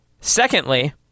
Secondly